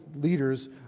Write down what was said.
leaders